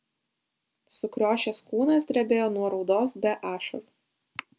sukriošęs kūnas drebėjo nuo raudos be ašarų